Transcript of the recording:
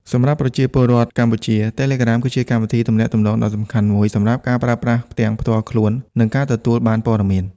សម្រាប់ប្រជាពលរដ្ឋកម្ពុជា Telegram គឺជាកម្មវិធីទំនាក់ទំនងដ៏សំខាន់មួយសម្រាប់ការប្រើប្រាស់ទាំងផ្ទាល់ខ្លួន និងការទទួលបានព័ត៌មាន។